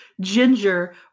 ginger